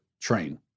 train